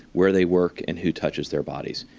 where they work and who touches their bodies.